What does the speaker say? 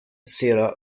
sierra